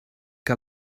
que